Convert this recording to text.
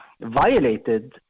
violated